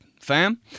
fam